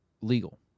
legal